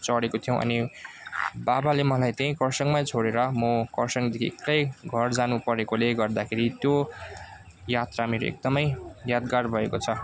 चढेको थियौँ अनि बाबाले मलाई त्यहीँ कर्सियङमा छोडेर म कर्सियङदेखि एक्लै घर जानु परेकोले गर्दाखेरि त्यो यात्रा मेरो एकदम यादगार भएको छ